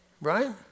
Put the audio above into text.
right